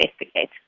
investigate